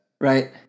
right